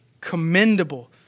commendable